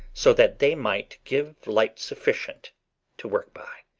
so that they might give light sufficient to work by.